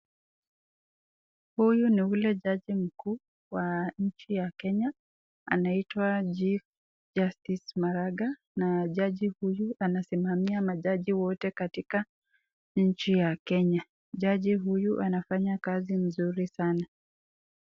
Huyu ni yule jaji mkuu wa nchi ya Kenya anaitwa J. Justice Maraga na jaji huyu anasimama jaji wote katika nchi ya Kenya, jaji huyu anafanya kazi nzuri sana.